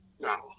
now